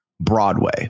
Broadway